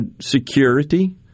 security